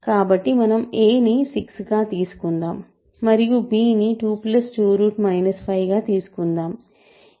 కాబట్టి మనం a ని 6 గా తీసుకుందాం మరియు b ని 22 5 గా తీసుకుందాం